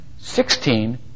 sixteen